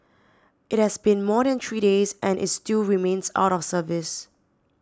it has been more than three days and is still remains out of service